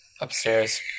upstairs